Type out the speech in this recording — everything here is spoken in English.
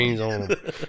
on